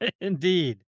indeed